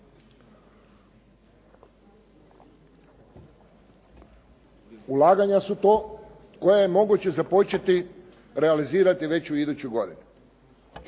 Ulaganja su to koja je moguće započeti, realizirati već u idućoj godini.